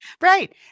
Right